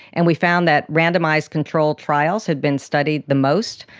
and we found that randomised control trials had been studied the most,